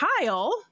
Kyle